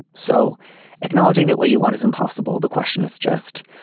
so acknowledging that what you want is impossible. the question is just